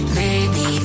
baby